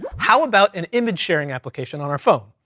how about an image sharing application on our phone?